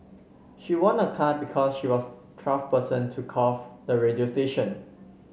she won a car because she was twelfth person to call the radio station